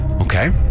Okay